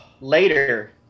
later